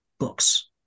books